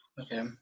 okay